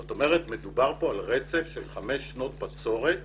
זאת אומרת, מדובר כאן על רצף של חמש שנות בצורת